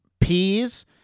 peas